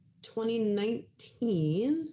2019